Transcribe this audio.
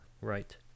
Right